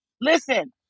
Listen